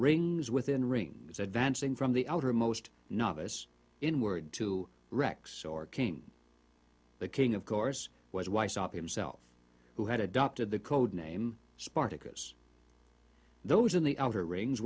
rings within rings advancing from the outer most novice in word to rex or king the king of course was why stop himself who had adopted the code name spartacus those in the outer rings